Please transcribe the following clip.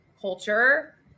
culture